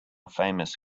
famous